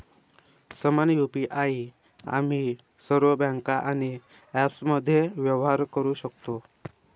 समान यु.पी.आई आम्ही सर्व बँका आणि ॲप्समध्ये व्यवहार करू शकतो